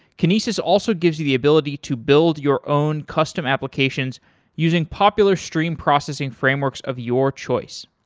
kinesis also gives you the ability to build your own custom applications using popular stream processing frameworks of your choice.